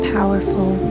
Powerful